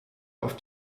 auf